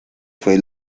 fue